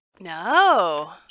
no